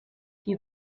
die